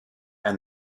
and